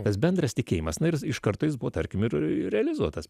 tas bendras tikėjimas na ir iš karto jis buvo tarkim ir realizuotas